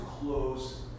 close